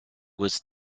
was